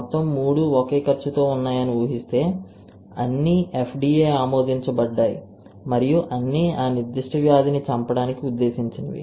మొత్తం 3 ఒకే ఖర్చుతో ఉన్నాయని ఊహిస్తే అన్నీ FDA ఆమోదించబడ్డాయి మరియు అన్నీ ఆ నిర్దిష్ట వ్యాధిని చంపడానికి ఉద్దేశించినవి